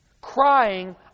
crying